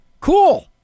cool